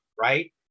right